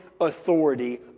authority